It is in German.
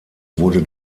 wurde